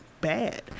bad